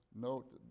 note